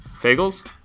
Fagels